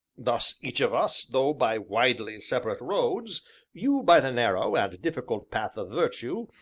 thus each of us, though by widely separate roads you by the narrow and difficult path of virtue,